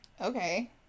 Okay